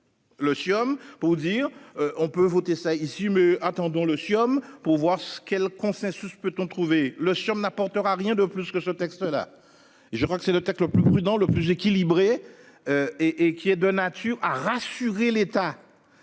Le siom pour dire on peut voter ça ici, mais attendons le siom pour voir ce qu'est le consensus. Peut-on trouver le serbe n'apportera rien de plus que ce texte là. Je crois que c'est le tacle plus prudent le plus équilibré. Et et qui est de nature à rassurer l'État.